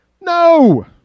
No